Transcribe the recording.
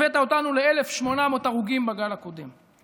הבאת אותנו ל-1,800 הרוגים בגל הקודם,